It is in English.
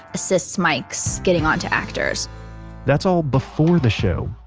assist mics getting on to actors that's all before the show.